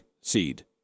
seed